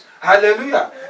Hallelujah